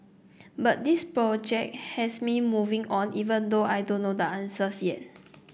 but this project has me moving on even though I don't know the answers yet